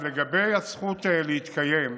לגבי הזכות להתקיים,